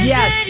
Yes